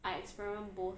I experiment both